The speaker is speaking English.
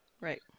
Right